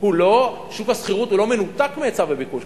הוא לא מנותק מהיצע וביקוש.